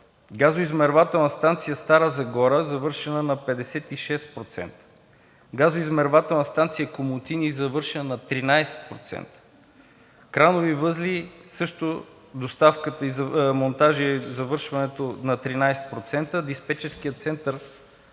газоизмервателна станция Стара Загора – завършена на 56%, газоизмервателна станция Комотини – завършена на 13%, кранови възли – също монтажът и завършването на 13%, диспечерският център